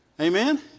Amen